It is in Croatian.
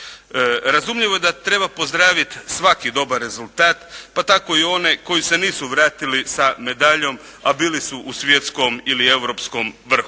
Razumljivo je da treba pozdraviti svaki dobar rezultat, pa tako i one koji se nisu vratili sa medaljom, a bili su u svjetskom ili europskom vrhu,